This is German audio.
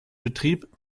betrieb